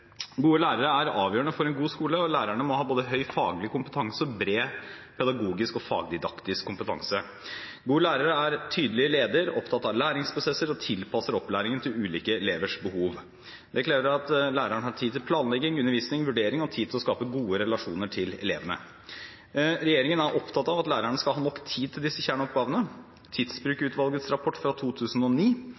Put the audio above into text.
Gode lærere er avgjørende for en god skole, og lærerne må ha både høy faglig kompetanse og bred pedagogisk og fagdidaktisk kompetanse. Gode lærere er tydelige ledere som er opptatt av læringsprosesser, og som tilpasser opplæringen til ulike elevers behov. Det krever at læreren har tid til planlegging, undervisning, vurdering og tid til å skape gode relasjoner til elevene. Regjeringen er opptatt av at lærerne skal ha nok tid til disse kjerneoppgavene. Tidsbrukutvalgets rapport fra 2009